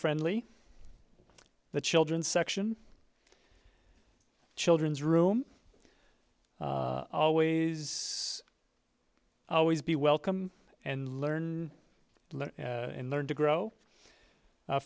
friendly the children's section children's room always always be welcome and learn learn learn to grow